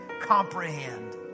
comprehend